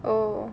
oh